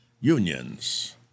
Unions